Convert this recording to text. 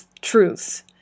truths